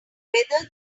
whether